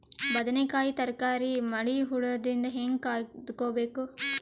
ಬದನೆಕಾಯಿ ತರಕಾರಿ ಮಳಿ ಹುಳಾದಿಂದ ಹೇಂಗ ಕಾಯ್ದುಕೊಬೇಕು?